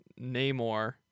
Namor